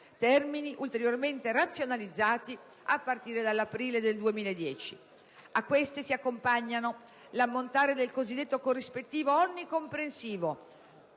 termini ulteriormente razionalizzati a partire dall'aprile 2010. A queste si accompagnano l'ammontare del cosiddetto corrispettivo onnicomprensivo